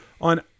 On